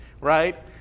right